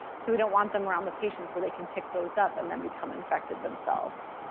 so we don't want them around the patients where they can pick those up and then become infected themselves.